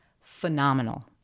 phenomenal